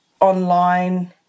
online